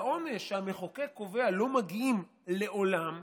לעונש שהמחוקק קובע לא מגיעים לעולם.